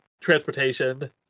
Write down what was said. transportation